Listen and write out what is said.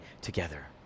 together